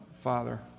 Father